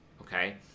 okay